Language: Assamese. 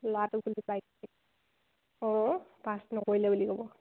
ল'ৰাটো বাইক অঁ পাছ নকৰিলে বুলি ক'ব